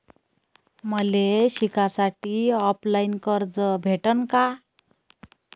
मले शिकासाठी ऑफलाईन कर्ज भेटन का?